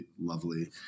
lovely